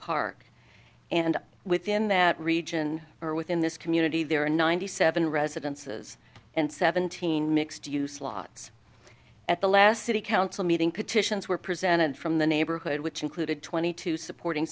park and within that region or within this community there are ninety seven residences and seventeen mixed use lots at the last city council meeting petitions were presented from the neighborhood which included twenty two supporting